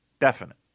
Definite